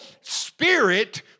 spirit